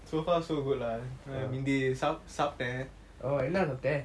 so far so good lah ந்தே சப்தான்:inthe saptan